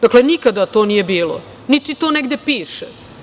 Dakle, nikada to nije bilo, niti to negde piše.